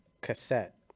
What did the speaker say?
cassette